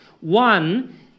One